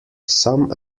some